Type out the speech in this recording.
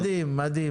מדהים.